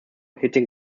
hitting